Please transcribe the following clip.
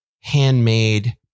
handmade